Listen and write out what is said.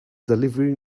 delivery